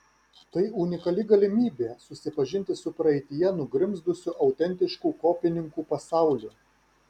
tai unikali galimybė susipažinti su praeityje nugrimzdusiu autentišku kopininkų pasauliu